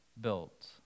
built